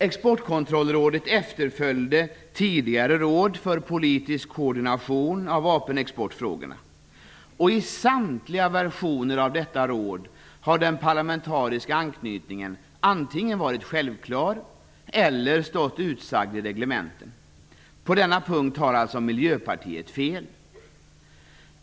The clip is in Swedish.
Exportkontrollrådet efterföljde tidigare råd för politisk koordination av vapenexportfrågorna. I samtliga versioner av detta råd har den parlamentariska anknytningen antingen varit självklar eller varit utsagd i reglementen. På denna punkt har alltså Miljöpartiet fel.